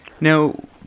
Now